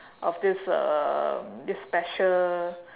of this uh this special